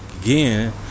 again